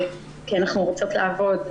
כי אנחנו רוצות לעבוד,